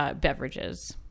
beverages